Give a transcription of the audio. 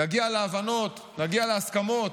נגיע להבנות, נגיע להסכמות.